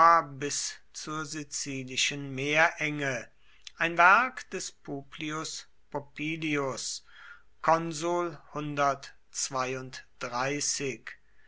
bis zur sizilischen meerenge ein werk des publius popillius